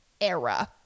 era